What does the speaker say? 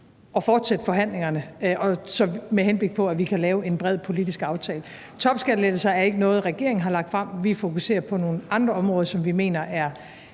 at fortsætte forhandlingerne, med henblik på at vi kan lave en bred politisk aftale. Topskattelettelser er ikke noget, regeringen har lagt frem. Vi fokuserer på nogle andre områder, som vi mener er